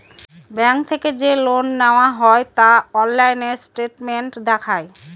bank থেকে যে loan নেওয়া হয় তা অনলাইন স্টেটমেন্ট দেখায়